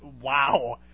Wow